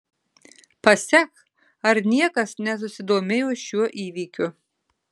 pasek ar niekas nesusidomėjo šiuo įvykiu